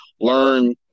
learn